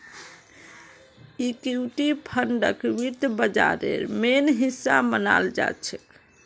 equity फंडक वित्त बाजारेर मेन हिस्सा मनाल जाछेक